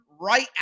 right